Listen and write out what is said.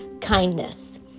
kindness